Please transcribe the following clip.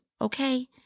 okay